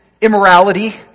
immorality